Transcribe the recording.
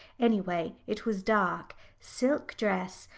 anyway it was dark silk dress,